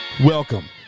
Welcome